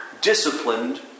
disciplined